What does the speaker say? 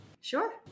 Sure